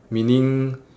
meaning